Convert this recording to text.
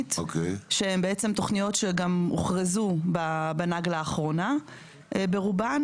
עירונית שהן בעצם תוכניות שגם הוכרזו בנגלה האחרונה ברובן,